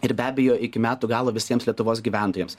ir be abejo iki metų galo visiems lietuvos gyventojams